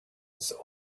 his